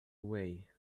way